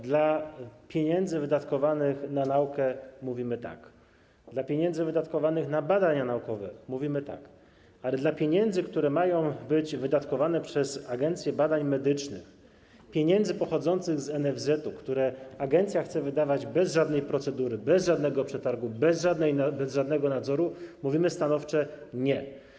Dla pieniędzy wydatkowanych na naukę mówimy: tak, dla pieniędzy wydatkowanych na badania naukowe mówimy: tak, ale dla pieniędzy, które mają być wydatkowane przez Agencję Badań Medycznych, pieniędzy pochodzących z NFZ, które agencja chce wydawać bez żadnej procedury, bez żadnego przetargu, bez żadnego nadzoru, mówimy stanowczo: nie.